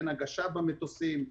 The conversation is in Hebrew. אין הגשה במטוסים,